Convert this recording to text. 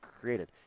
created